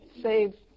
save